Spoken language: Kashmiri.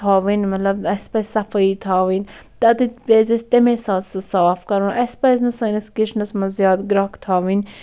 تھاوٕنۍ مَطلَب اَسہِ پَزِ صَفٲیی تھاوٕنۍ تَتیٚتھ پَزِ اَسہِ تَمے ساتہٕ سُہ صاف کَرُن اَسہِ پَزِ نہٕ سٲنِس کِچنَس مَنٛز زیاد گرٛکھ تھاوٕنۍ